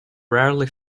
rarely